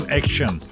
action